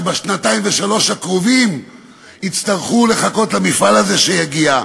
שבשנתיים-שלוש הקרובות יצטרכו לחכות למפעל הזה שיגיע?